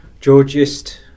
Georgist